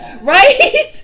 right